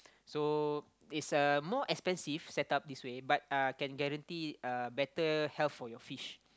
so is uh more expensive set up this way but uh can guarantee a better health for your fish